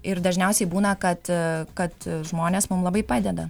ir dažniausiai būna kad kad žmonės mum labai padeda